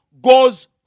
goes